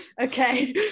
okay